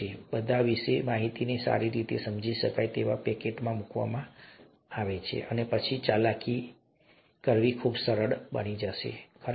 તે બધા હશે માહિતીને સારી રીતે સમજી શકાય તેવા પેકેટમાં મૂકવામાં આવશે અને પછી તેને ચાલાકી કરવી ખૂબ સરળ બની જશે ખરું